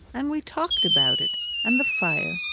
and we talked about it and the fire,